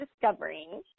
discovering